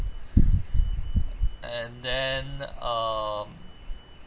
and then um